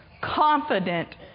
Confident